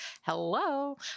Hello